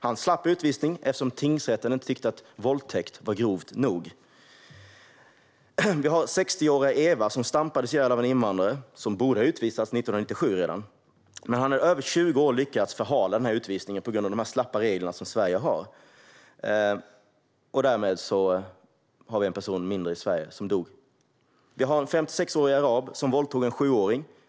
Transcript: Han slapp utvisning eftersom tingsrätten inte tyckte att våldtäkt var grovt nog. Eva, 60 år, stampades ihjäl av en invandrare som borde ha utvisats redan 1997 men som i över 20 år hade lyckats förhala utvisningen på grund av de slappa regler som Sverige har. Därmed har vi en person mindre i Sverige. En 56-årig arab våldtog en sjuåring.